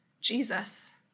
Jesus